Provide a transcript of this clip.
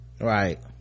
right